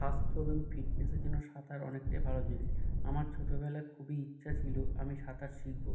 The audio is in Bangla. স্বাস্থ্য এবং ফিটনেসের জন্য সাঁতার অনেকটাই ভালো জিনিস আমার ছোটোবেলা খুবই ইচ্ছা ছিলো আমি সাঁতার শিখবো